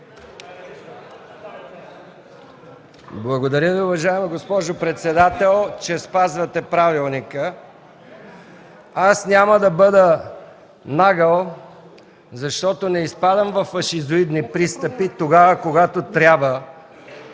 Благодаря Ви, уважаема госпожо председател, че спазвате правилника. Аз няма да бъда нагъл, защото не изпадам във фашизоидни пристъпи тогава, когато трябва